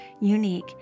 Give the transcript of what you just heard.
unique